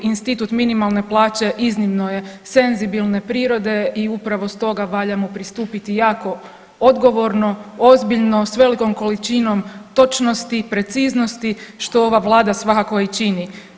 Institut minimalne plaće iznimno je senzibilne prirode i upravo stoga valja mu pristupiti jako odgovorno, ozbiljno s velikom količinom točnosti i preciznosti što ova vlada svakako i čini.